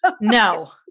No